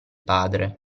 padre